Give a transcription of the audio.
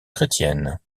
chrétienne